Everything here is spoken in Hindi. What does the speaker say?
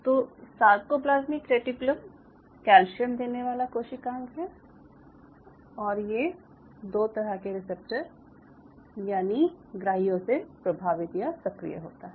तो सारकोप्लाज़्मिक रेटिक्यूलम कैल्शियम देने वाला कोशिकांग है और ये दो तरह के रिसेप्टर यानि ग्राहियों से प्रभावित या सक्रिय होता है